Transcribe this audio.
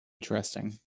Interesting